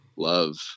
love